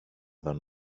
than